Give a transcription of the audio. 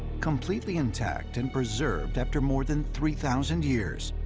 completely intact and preserved after more than three thousand years,